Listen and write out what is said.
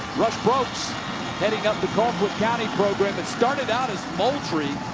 probst heading up the colquitt county program. it started out as moutrie.